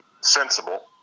sensible